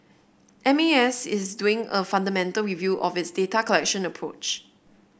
M A S is doing a fundamental review of its data collection approach